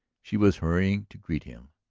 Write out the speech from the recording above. she was hurrying to greet him.